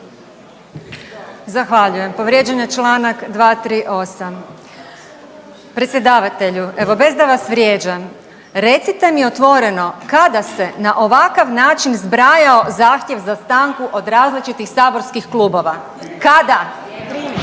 Zahvaljujem. Povrijeđen je članak 238. Predsjedavatelju evo bez da vas vrijeđam, recite mi otvoreno kada se na ovakav način zbrajao zahtjev za stanku od različitih saborskih klubova. Kada? Kada,